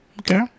Okay